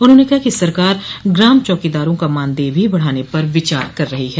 उन्होंने कहा कि सरकार ग्राम चौकीदारों का मानदेय भी बढ़ाने पर विचार कर रही है